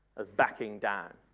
as backing down.